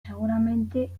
seguramente